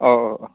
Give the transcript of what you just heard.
औ औ औ